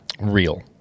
real